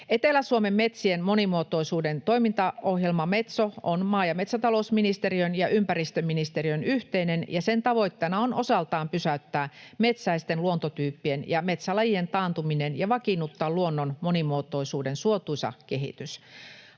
Etelä-Suomen metsien monimuotoisuuden toimintaohjelma Metso on maa- ja metsätalousministeriön ja ympäristöministeriön yhteinen, ja sen tavoitteena on osaltaan pysäyttää metsäisten luontotyyppien ja metsälajien taantuminen ja vakiinnuttaa luonnon monimuotoisuuden suotuisa kehitys.